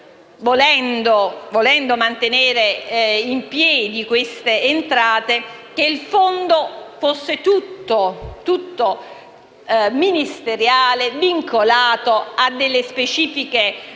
volendo mantenere in piedi queste entrate, che il fondo fosse tutto ministeriale e vincolato a delle specifiche